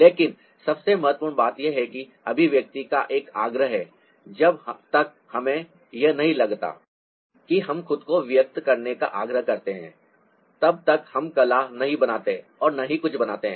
लेकिन सबसे महत्वपूर्ण बात यह है कि अभिव्यक्ति का एक आग्रह है जब तक हमें यह नहीं लगता कि हम खुद को व्यक्त करने का आग्रह करते हैं तब तक हम कला नहीं बनाते और न ही कुछ बनाते हैं